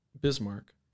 Bismarck